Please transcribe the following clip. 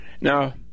Now